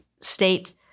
state